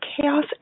chaos